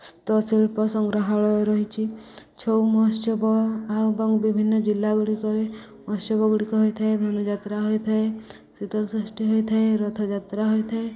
ସଂଗ୍ରହାଳୟ ରହିଛି ଛଉ ମହୋତ୍ସବ ଆଉ ଏବଂ ବିଭିନ୍ନ ଜିଲ୍ଲାଗୁଡ଼ିକରେ ମହୋତ୍ସବଗୁଡ଼ିକ ହୋଇଥାଏ ଧନୁଯାତ୍ରା ହୋଇଥାଏ ଶୀତଳଷଷ୍ଠୀ ହୋଇଥାଏ ରଥଯାତ୍ରା ହୋଇଥାଏ